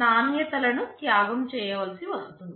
నాణ్యత లను త్యాగం చేయాల్సి వస్తుంది